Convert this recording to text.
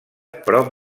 prop